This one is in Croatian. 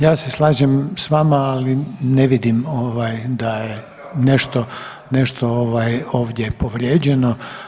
Ja se slažem sa vama, ali ne vidim da je nešto ovdje povrijeđeno.